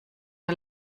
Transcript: der